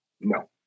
No